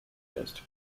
missed